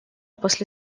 после